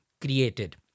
created